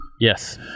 Yes